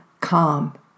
calm